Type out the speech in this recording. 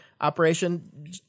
operation